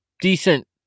decent